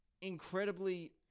incredibly